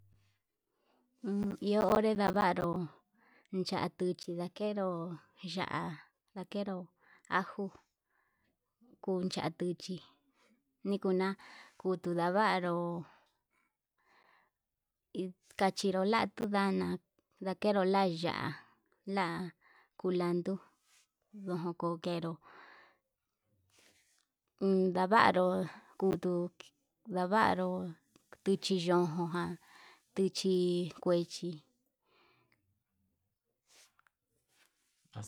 Nuu iho onre ndavaru ndatuchi ndakero, ya'á ndakero ajo kuncha tuchi ikuna kutuu ndavaru, kachina kuechiu lana ndakero lia ya'á la'a kulando ndojo kokero uun ndavaru kutu, ndavaru kutu yunchi ján ndichi kuechi.